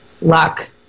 luck